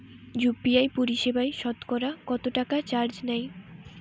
UPI পরিসেবায় সতকরা কতটাকা চার্জ নেয়?